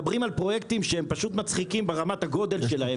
אלה פרויקטים מצחיקים ברמת הגודל שלהם.